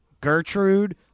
Gertrude